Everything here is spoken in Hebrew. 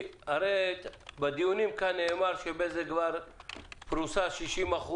הרי בדיונים כאן נאמר שבזק כבר פרוסה ב-60%,